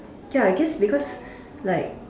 ya I guess because like